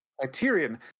Criterion